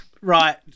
right